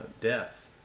death